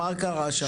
מה קרה שם?